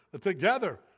together